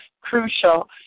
crucial